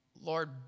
Lord